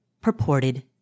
purported